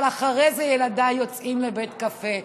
אבל אחרי זה ילדיי יוצאים לבית קפה.